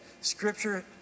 scripture